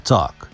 Talk